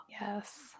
yes